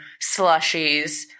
slushies